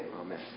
amen